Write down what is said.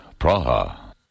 Praha